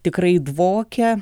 tikrai dvokia